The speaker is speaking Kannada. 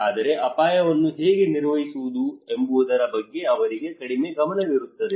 ಆದರೆ ಅಪಾಯವನ್ನು ಹೇಗೆ ನಿರ್ವಹಿಸುವುದು ಎಂಬುದರ ಬಗ್ಗೆ ಅವರಿಗೆ ಕಡಿಮೆ ಗಮನವಿರುತ್ತದೆ